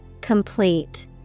Complete